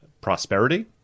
prosperity